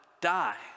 die